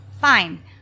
Fine